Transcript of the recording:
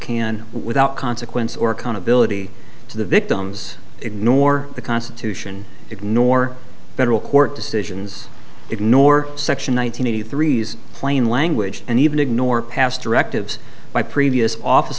can without consequence or accountability to the victims ignore the constitution ignore federal court decisions ignore section one thousand nine hundred three s plain language and even ignore past directives by previous office